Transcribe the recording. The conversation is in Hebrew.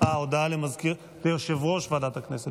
הודעה ליושב-ראש ועדת הכנסת,